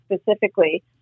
specifically